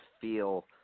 feel